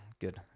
good